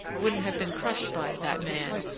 wouldn't have been crushed by that man,